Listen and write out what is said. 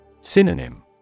Synonym